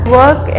work